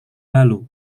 lalu